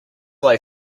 lay